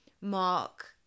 Mark